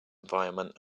environment